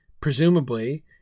presumably